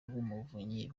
rw’umuvunyi